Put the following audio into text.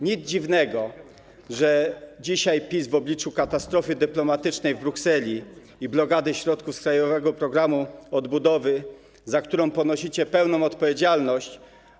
Nic dziwnego, że dzisiaj PiS w obliczu katastrofy dyplomatycznej w Brukseli i blokady środków z Krajowego Planu Odbudowy, za którą ponosicie pełną odpowiedzialność.